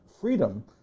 freedom